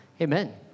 amen